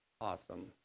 awesome